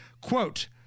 Quote